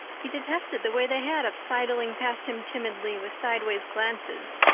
he detested the way they had of sidling past him timidly, with sidewise glances,